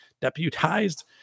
deputized